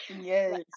Yes